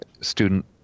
student